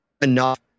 enough